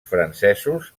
francesos